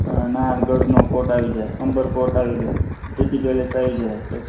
નાના ગઢનો કોટ આવી જાય અંબર કોટ આવી જાય સિટી પેલેસ આવી જાય પછી